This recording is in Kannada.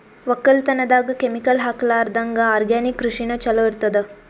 ಒಕ್ಕಲತನದಾಗ ಕೆಮಿಕಲ್ ಹಾಕಲಾರದಂಗ ಆರ್ಗ್ಯಾನಿಕ್ ಕೃಷಿನ ಚಲೋ ಇರತದ